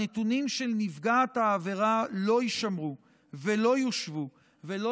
הנתונים של נפגעת העבירה לא יישמרו ולא יושוו ולא